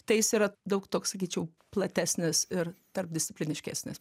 tai jis yra daug toks sakyčiau platesnis ir tarpdiscipliniškesnis